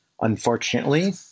unfortunately